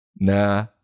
Nah